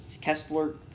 Kessler